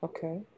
Okay